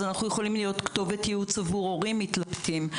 אנחנו יכולים להיות כתובת ייעוץ עבור הורים מתלבטים.